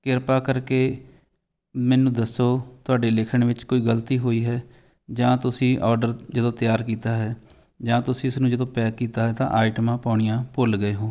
ਕਿਰਪਾ ਕਰਕੇ ਮੈਨੂੰ ਦੱਸੋ ਤੁਹਾਡੇ ਲਿਖਣ ਵਿੱਚ ਕੋਈ ਗਲਤੀ ਹੋਈ ਹੈ ਜਾਂ ਤੁਸੀਂ ਔਡਰ ਜਦੋਂ ਤਿਆਰ ਕੀਤਾ ਹੈ ਜਾਂ ਤੁਸੀਂ ਇਸਨੂੰ ਜਦੋਂ ਪੈਕ ਕੀਤਾ ਤਾਂ ਆਈਟਮਾਂ ਪਾਉਣੀਆਂ ਭੁੱਲ ਗਏ ਹੋ